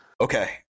Okay